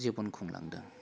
जिबन खुलांदों